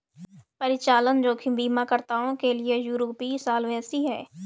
परिचालन जोखिम बीमाकर्ताओं के लिए यूरोपीय सॉल्वेंसी है